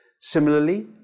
Similarly